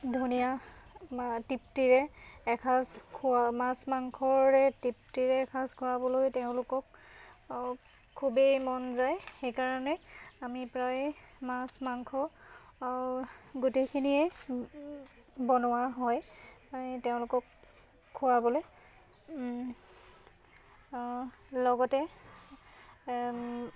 ধুনীয়া তৃপ্তিৰে এসাঁজ খোৱা মাছ মাংসৰে তৃপ্তিৰে এসাঁজ খোৱাবলৈ তেওঁলোকক খুবেই মন যায় সেইকাৰণে আমি প্ৰায় মাছ মাংস গোটেইখিনিয়ে বনোৱা হয় তেওঁলোকক খুৱাবলৈ লগতে